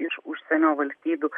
iš užsienio valstybių